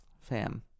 fam